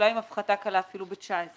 אולי עם הפחתה קלה אפילו ב-2019.